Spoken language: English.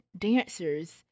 dancers